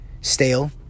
Stale